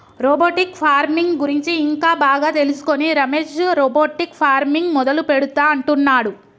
robotic farming గురించి ఇంకా బాగా తెలుసుకొని రమేష్ రోబోటిక్ ఫార్మింగ్ మొదలు పెడుతా అంటున్నాడు